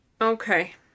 Okay